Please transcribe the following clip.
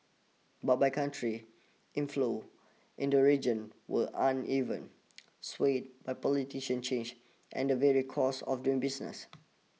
but by country inflows into region were uneven swayed by politician changed and the vary costs of doing business